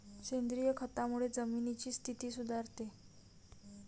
सेंद्रिय खतामुळे जमिनीची स्थिती सुधारते